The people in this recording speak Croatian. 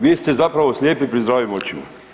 Vi ste zapravo slijepi pri zdravim očima.